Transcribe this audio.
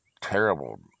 terrible